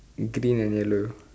green and yellow